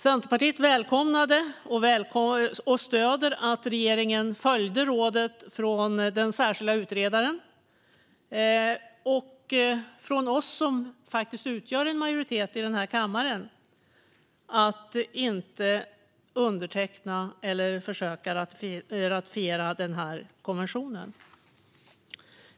Centerpartiet välkomnade, och stöder, att regeringen följde rådet från den särskilda utredaren och från oss som faktiskt utgör en majoritet i denna kammare att inte underteckna eller försöka ratificera den här konventionen.